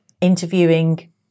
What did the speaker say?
interviewing